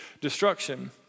destruction